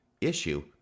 issue